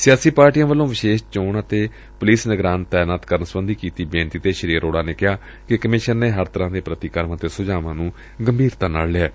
ਸਿਆਸੀ ਪਾਰਟੀਆਂ ਵੱਲੋਂ ਵਿਸ਼ੇਸ਼ ਚੋਣ ਅਤੇ ਪੁਲਿਸ ਨਿਗਰਾਨ ਤਾਇਨਾਤ ਕੁਰਨ ਸਬੰਧੀ ਕੀਤੀ ਬੇਨਤੀ ਤੇ ਸ੍ਰੀ ਅਰੋੜਾ ਨੇ ਕਿਹਾ ਕਿ ਕਮਿਸ਼ਨ ਨੇ ਹਰ ਤਰੂਾ ਦੇ ਪ੍ਰਤੀਕਰਮ ਅਤੇ ਸੁਝਾਵਾਂ ਨੂੰ ਗੰਭੀਰਤਾ ਨਾਲ ਲਿਐ